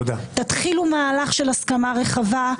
תתחילו מהלך של הסכמה רחבה,